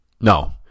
No